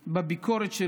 המליץ בביקורת,